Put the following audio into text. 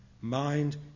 Mind